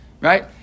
right